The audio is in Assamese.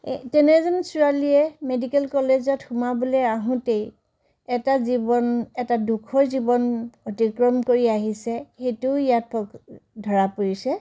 এই তেনে এজনী ছোৱালীয়ে মেডিকেল কলেজত সোমাবলৈ আহোঁতেই এটা জীৱন এটা দুখৰ জীৱন অতিক্ৰম কৰি আহিছে সেইটোও ইয়াত ধৰা পৰিছে